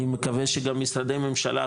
אני מקווה שגם משרדי ממשלה,